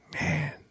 man